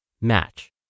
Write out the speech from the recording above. match